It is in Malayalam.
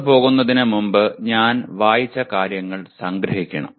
പുറത്തുപോകുന്നതിന് മുമ്പ് ഞാൻ വായിച്ച കാര്യങ്ങൾ സംഗ്രഹിക്കണം